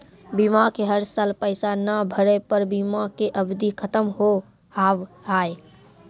बीमा के हर साल पैसा ना भरे पर बीमा के अवधि खत्म हो हाव हाय?